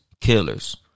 killers